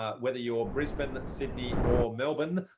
ah whether you're brisbane, sydney or melbourne,